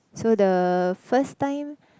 so the first time